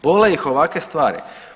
Bole ih ovakve stvari.